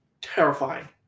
Terrifying